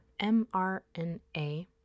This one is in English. mRNA